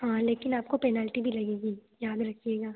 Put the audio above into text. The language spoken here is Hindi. हाँ लेकिन आपको पेनाल्टी भी लगेगी याद रखिएगा